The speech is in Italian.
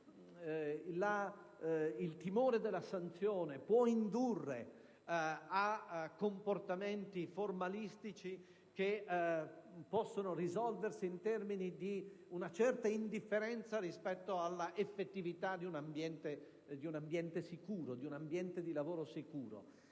il timore della sanzione può indurre a comportamenti formalistici che possono risolversi in una certa indifferenza rispetto all'effettività di un ambiente di lavoro sicuro.